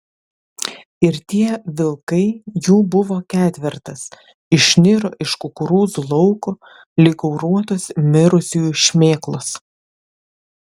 ir tie vilkai jų buvo ketvertas išniro iš kukurūzų lauko lyg gauruotos mirusiųjų šmėklos